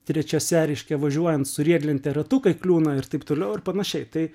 trečiose reiškia važiuojant su riedlente ratukai kliūna ir taip toliau ir panašiai tai